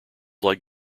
like